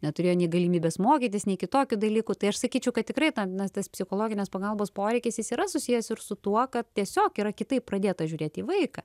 neturėjo nei galimybės mokytis nei kitokių dalykų tai aš sakyčiau kad tikrai na tas psichologinės pagalbos poreikis jis yra susijęs ir su tuo kad tiesiog yra kitaip pradėta žiūrėti į vaiką